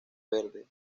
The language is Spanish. verde